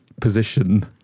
position